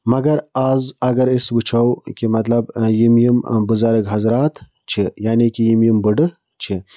مگر آز اگر أسۍ وٕچھو کہِ مطلب یِم یِم بُزرٕگ حضرات چھِ یعنی کہِ یِم یِم بٕڑٕ چھِ